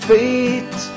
Fate